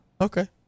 Okay